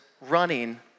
running